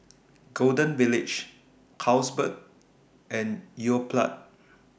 Golden Village Carlsberg and Yoplait